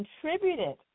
contributed